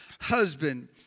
husband